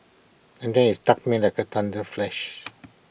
and then IT struck me like A thunder flash